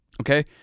Okay